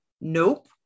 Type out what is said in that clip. Nope